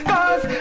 Cause